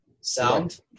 sound